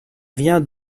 rien